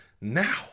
now